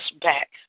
back